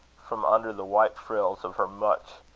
from under the white frills of her mutch,